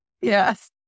Yes